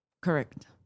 Correct